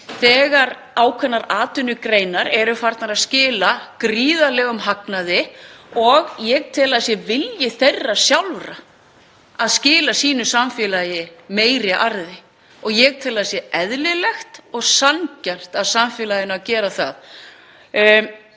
þegar ákveðnar atvinnugreinar eru farnar að skila gríðarlegum hagnaði og ég tel að það sé vilji þeirra sjálfra að skila samfélagi sínu meiri arði. Ég tel að það sé eðlilegt og sanngjarnt gagnvart samfélaginu að gera það.